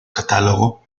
catálogo